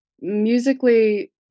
musically